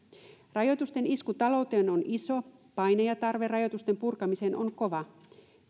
rajoitusten isku talouteen on iso paine ja tarve rajoitusten purkamiseen on kova